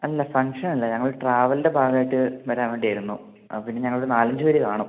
അല്ല ഫംഗ്ഷൻ അല്ല ഞങ്ങൾ ഒരു ട്രാവലിന്റെ ഭാഗമായിട്ട് വരാൻ വേണ്ടിയായിരുന്നു പിന്നെ ഞങ്ങൾ ഒരു നാലഞ്ച് പേർ കാണും